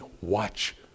watch